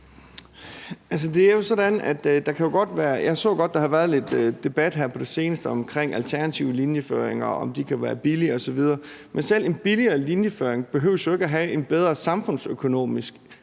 Jeg så godt, der havde været lidt debat her på det seneste omkring alternative linjeføringer – om de kan være billigere osv. Men selv en billigere linjeføring behøves jo ikke at have en bedre samfundsøkonomisk